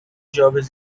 jovens